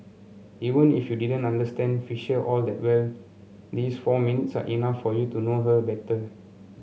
even if you didn't understand Fisher all that well these four minutes are enough for you to know her better